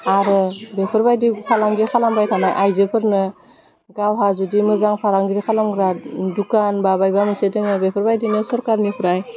आरो बेफोरबायदि फालांगि खालामबाय थानाय आइजोफोरनो गावहा जुदि मोजां फालांगिरि खालामग्रा दुखान बा मायबा मोनसे दङ बेफोरबायदिनो सरकारनिफ्राय